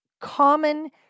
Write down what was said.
common